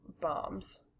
bombs